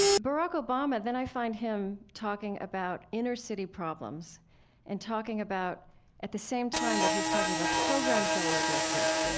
barack obama, then i find him talking about inner-city problems and talking about at the same time that he's talking about programs that so will address this,